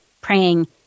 praying